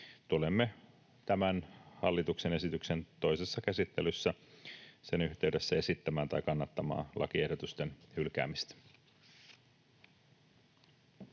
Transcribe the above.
Tulemme tämän hallituksen esityksen toisessa käsittelyssä, sen yhteydessä, esittämään tai kannattamaan lakiehdotusten hylkäämistä.